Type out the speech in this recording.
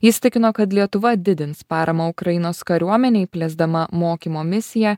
jis tikino kad lietuva didins paramą ukrainos kariuomenei plėsdama mokymo misiją